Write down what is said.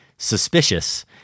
suspicious